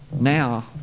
now